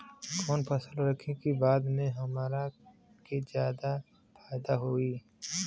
कवन फसल रखी कि बाद में हमरा के ज्यादा फायदा होयी?